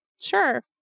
Sure